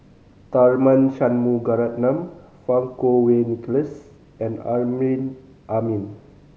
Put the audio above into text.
Tharman Shanmugaratnam Fang Kuo Wei Nicholas and Amrin Amin